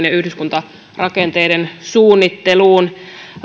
ja yhdyskuntarakenteiden suunnitteluun